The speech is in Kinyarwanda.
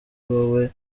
wowe